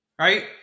right